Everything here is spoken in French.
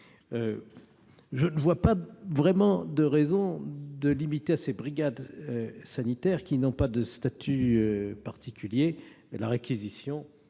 Je ne vois pas vraiment de raisons de restreindre à ces brigades sanitaires, qui n'ont pas de statut particulier, la réquisition